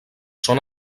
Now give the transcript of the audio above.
són